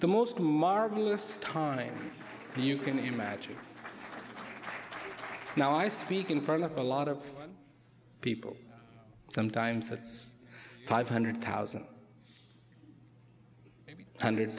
the most marvelous time you can imagine how i speak in front of a lot of people sometimes it's five hundred thousand three hundred